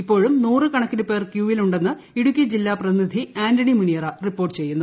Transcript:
ഇപ്പോഴും നൂറ് കണക്കിന് പേർ ക്യൂവിലുണ്ടെന്ന് ഇടുക്കി ജില്ലാ പ്രതിനിധി ആന്റണി മുനിയറ റിപ്പോർട്ട് ചെയ്യുന്നു